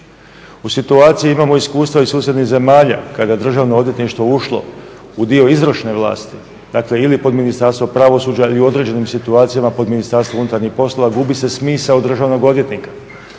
U situaciji imamo iskustva iz susjednih zemalja kada je državno odvjetništvo ušlo u dio izvršne vlasti ili pod ministarstvo pravosuđa ili u određenim situacijama pod MUP-om gubi se smisao državnog odvjetnika.